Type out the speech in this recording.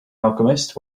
alchemist